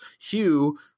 Hugh